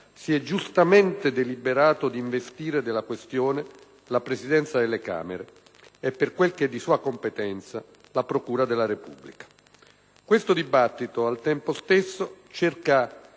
si è giustamente deliberato di investire della questione la Presidenza delle Camere e, per quel che è di sua competenza, la procura della Repubblica. Al tempo stesso, questo